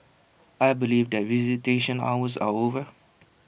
I believe that visitation hours are over